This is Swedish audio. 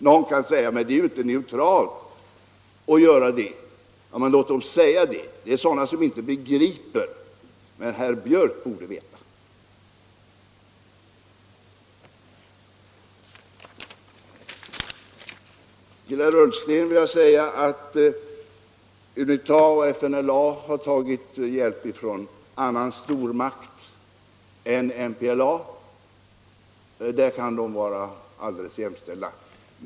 Några kan säga: Men det är ju inte neutralt att göra så. Låt dem säga det. Det är sådana som inte begriper. Men herr Björck borde veta. Till herr Ullsten vill jag säga följande. UNITA och FNLA har tagit hjälp från en annan stormakt än MPLA har gjort. Där kan de vara alldeles jämställda.